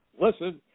listen